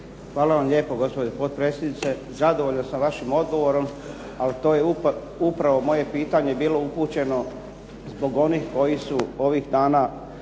Hvala vam lijepo gospođo potpredsjednice, zadovoljan sam sa vašim odgovorom, ali to je upravo moje pitanje bilo upućeno zbog onih koji su ovih dana